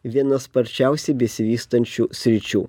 viena sparčiausiai besivystančių sričių